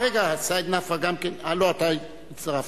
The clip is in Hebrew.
רגע, סעיד נפאע גם כן, לא, אתה הצטרפת.